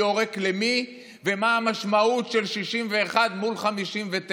יורק למי ומה המשמעות של 61 מול 59,